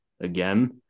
Again